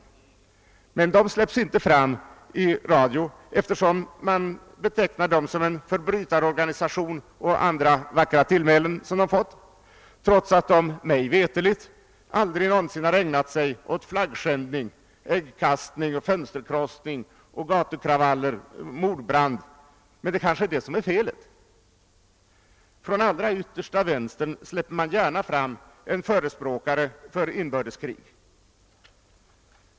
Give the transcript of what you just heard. Men nysvenskarna släpps inte fram i radio, eftersom man betecknar dem som en »förbrytarorganisation« och ger dem andra tillmälen, trots att de mig veterligt aldrig har ägnat sig åt flaggskändning, äggkastning, fönsterkrossning, gatukravaller eller mordbrand. Men det är kanske det som är felet? Från allra yttersta vänstern släpper man däremot gärna fram en förespråkare för inbördeskrig.